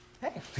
Hey